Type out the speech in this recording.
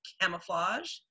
camouflage